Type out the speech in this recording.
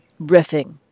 riffing